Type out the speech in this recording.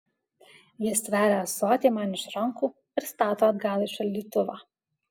ji stveria ąsotį man iš rankų ir stato atgal į šaldytuvą